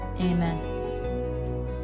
Amen